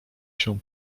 się